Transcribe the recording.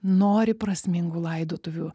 nori prasmingų laidotuvių